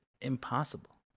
Impossible